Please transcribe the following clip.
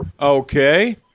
Okay